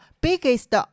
biggest